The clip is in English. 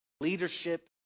leadership